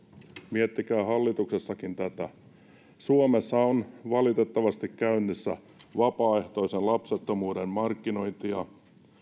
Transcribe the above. miettikää hallituksessakin tätä suomessa on valitettavasti käynnissä vapaaehtoisen lapsettomuuden markkinointia